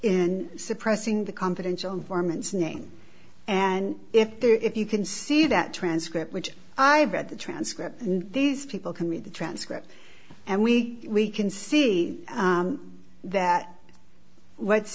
in suppressing the confidential informants name and if there if you can see that transcript which i've read the transcript and these people can read the transcript and we can see that what's